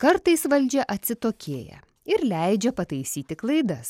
kartais valdžia atsitokėja ir leidžia pataisyti klaidas